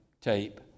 tape